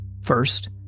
First